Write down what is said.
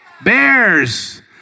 Bears